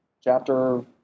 Chapter